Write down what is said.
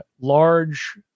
large